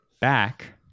back